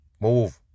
move